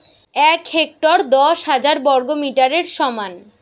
এক হেক্টর দশ হাজার বর্গমিটারের সমান